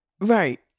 Right